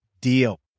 deal